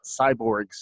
cyborgs